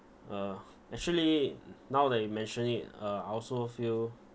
uh actually now that you mention it uh I also feel